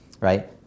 right